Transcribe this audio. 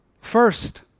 First